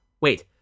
Wait